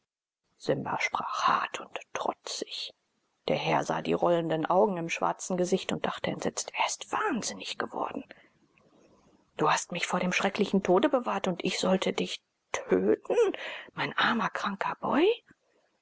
simba sprach hart und trotzig der herr sah die rollenden augen im schwarzen gesicht und dachte entsetzt er ist wahnsinnig geworden du hast mich vor dem schrecklichen tode bewahrt und ich sollte dich töten mein armer kranker boy